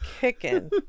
kicking